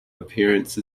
appearance